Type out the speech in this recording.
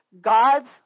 God's